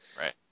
Right